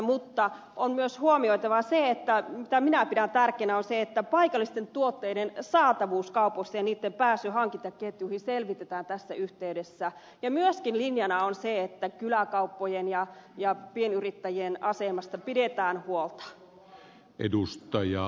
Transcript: mutta on myös huomioitava se mitä minä pidän tärkeänä että paikallisten tuotteiden saatavuus kaupoissa ja niitten pääsy hankintaketjuihin selvitetään tässä yhteydessä ja myöskin linjana on se että kyläkauppojen ja pienyrittäjien asemasta pidetään huolta